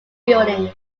buildings